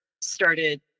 started